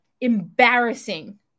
embarrassing